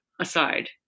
aside